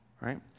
right